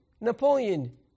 Napoleon